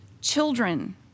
Children